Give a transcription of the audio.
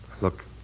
Look